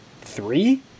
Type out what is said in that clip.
three